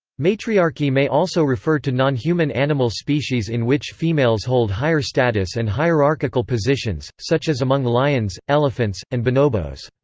matriarchy may also refer to non-human animal species in which females hold higher status and hierarchical positions, such as among lions, elephants, and bonobos.